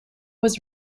was